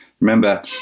Remember